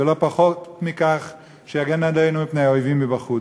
ולא פחות מכך שיגן עלינו מפני האויבים מבחוץ.